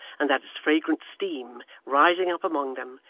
and that its fragrant steam, rising up among them,